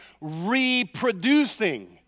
reproducing